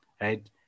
Right